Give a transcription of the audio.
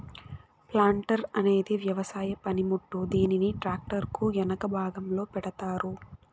planter అనేది వ్యవసాయ పనిముట్టు, దీనిని ట్రాక్టర్ కు ఎనక భాగంలో పెడతారు